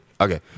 Okay